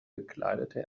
bekleidete